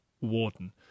Warden